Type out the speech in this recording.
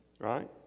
Right